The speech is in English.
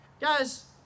Guys